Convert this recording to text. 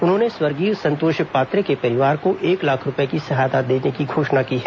उन्होंने स्वर्गीय संतोष पात्रे के परिवार को एक लाख रूपए की सहायता देने की घोषणा की है